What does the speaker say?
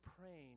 praying